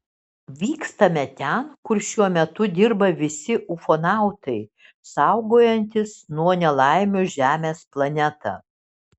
vykstame ten kur šiuo metu dirba visi ufonautai saugojantys nuo nelaimių žemės planetą